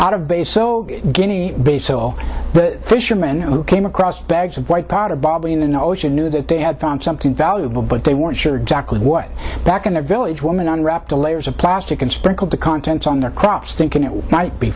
of base so guinea base so the fisherman who came across bags of white powder bobbing in the ocean knew that they had found something valuable but they weren't sure exactly what back in the village woman on rap the layers of plastic and sprinkled the contents on their crops thinking it might be